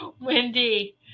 Wendy